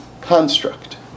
construct